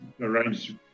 arrange